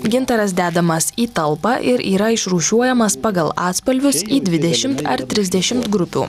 gintaras dedamas į talpą ir yra išrūšiuojamas pagal atspalvius į dvidešimt ar trisdešimt grupių